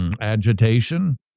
agitation